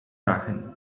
dachem